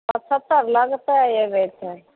पचहत्तरि लगतै अयबै तब